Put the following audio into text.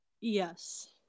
Yes